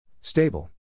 Stable